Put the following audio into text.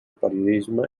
periodisme